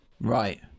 Right